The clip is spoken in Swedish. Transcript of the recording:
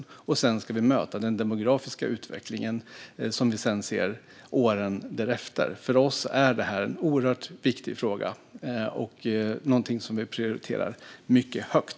Sedan ska vi möta den demografiska utvecklingen som vi ser åren därefter. För oss är detta en oerhört viktig fråga och någonting som vi prioriterar mycket högt.